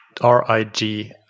R-I-G